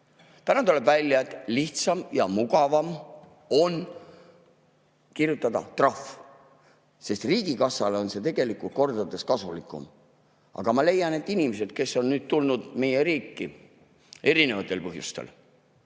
Täna tuleb välja, et lihtsam ja mugavam on kirjutada trahv, sest riigikassale on see tegelikult kordades kasulikum. Aga ma leian, et inimeste puhul, kes on tulnud meie riiki erinevatel põhjustel